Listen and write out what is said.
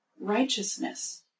righteousness